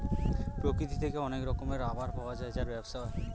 প্রকৃতি থেকে অনেক রকমের রাবার পাওয়া যায় যার ব্যবসা হয়